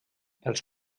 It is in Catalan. els